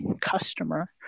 customer